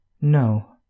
No